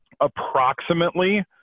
approximately